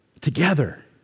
together